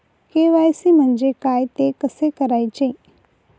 KYC म्हणजे काय? ते कसे करायचे?